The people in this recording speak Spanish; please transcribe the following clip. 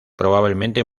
probablemente